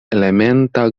elementa